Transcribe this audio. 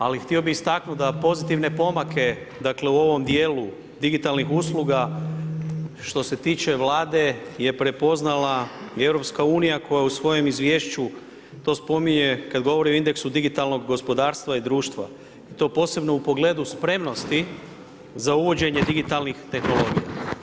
Ali htio bih istaknuti da pozitivne pomake dakle u ovom dijelu digitalnih usluga što se tiče Vlade je prepoznala i EU koja u svojem izvješću to spominje kada govori o indeksu digitalnog gospodarstva i društva i to posebno u pogledu spremnosti za uvođenje digitalnih tehnologija.